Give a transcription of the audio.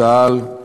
צה"ל,